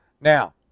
Now